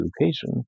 education